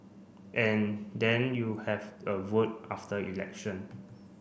and then you have a vote after election